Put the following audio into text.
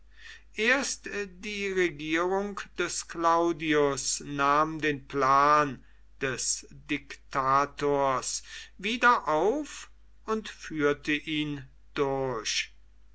erst die regierung des claudius nahm den plan des diktators wieder auf und führte ihn durch